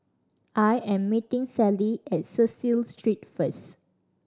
I am meeting Sally at Cecil Street first